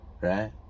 right